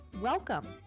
Welcome